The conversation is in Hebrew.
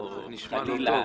חלילה,